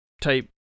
type